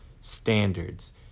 standards